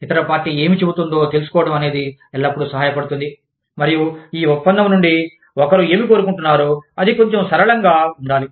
ఇతర పార్టీ ఏమి చెబుతుందో తెలుసుకోవడం అనేది ఎల్లప్పుడూ సహాయపడుతుంది మరియు ఈ ఒప్పందం నుండి ఒకరు ఏమి కోరుకుంటున్నారో అది కొంచెం సరళంగా ఉండాలి